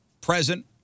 Present